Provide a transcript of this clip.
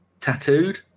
tattooed